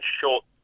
short